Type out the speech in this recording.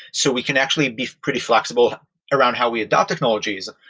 so we can actually be pretty flexible around how we adopt technologies.